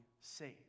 saved